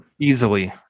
Easily